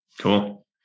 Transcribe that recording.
Cool